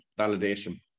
validation